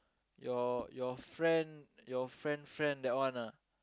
your your friend your friend friend that one ah